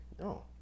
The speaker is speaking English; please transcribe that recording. No